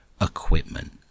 equipment